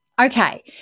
Okay